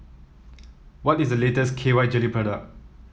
what is the latest K Y Jelly product